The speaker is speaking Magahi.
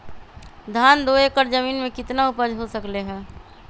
धान दो एकर जमीन में कितना उपज हो सकलेय ह?